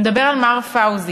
אני אדבר על מר פאוזי,